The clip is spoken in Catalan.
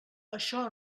això